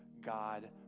God